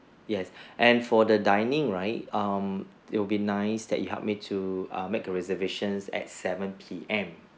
yes and for the dining right um it'll be nice that you help me to err make reservations at seven P_M